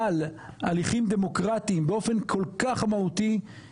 על הליכים דמוקרטיים באופן כל כך מהותי,